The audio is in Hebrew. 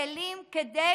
כלים כדי